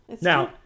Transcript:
Now